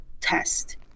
test